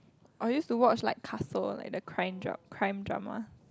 I used to watch like Castle like the crime dra~ crime drama